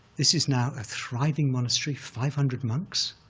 this is now a thriving monastery, five hundred monks,